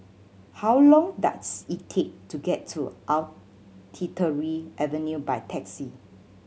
how long does it take to get to Artillery Avenue by taxi